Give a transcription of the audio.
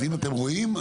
אז אם אתם רואים,